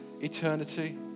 eternity